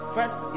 First